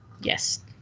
Yes